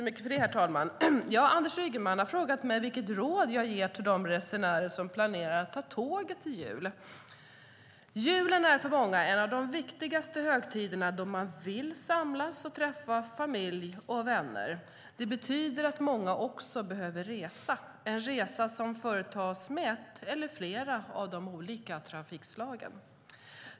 Herr talman! Anders Ygeman har frågat mig vilket råd jag ger till de resenärer som planerar att ta tåget i jul. Julen är för många en av de viktigaste högtiderna då man vill samlas och träffa familj och vänner. Det betyder att många också behöver resa - en resa som företas med ett eller flera av de fyra trafikslagen.